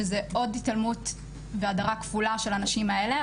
שזה עוד התעלמות והדרה כפולה של הנשים האלה.